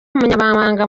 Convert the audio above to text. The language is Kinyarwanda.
umunyamabanga